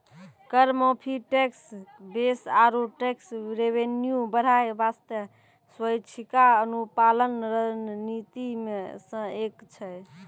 कर माफी, tax base आरो टैक्स रेवेन्यू बढ़ाय बासतें स्वैछिका अनुपालन रणनीति मे सं एक छै